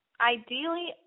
Ideally